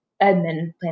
Edmund